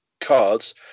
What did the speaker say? cards